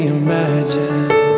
imagine